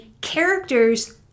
characters